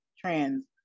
trans